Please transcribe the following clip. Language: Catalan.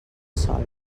sòl